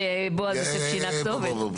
שבועז יוסף שינה כתובת.